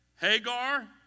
Hagar